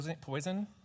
poison